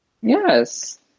Yes